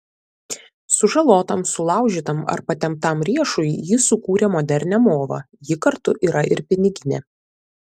sužalotam sulaužytam ar patemptam riešui ji sukūrė modernią movą ji kartu yra ir piniginė